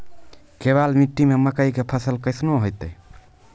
केवाल मिट्टी मे मकई के फ़सल कैसनौ होईतै?